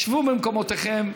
שבו במקומותיכם.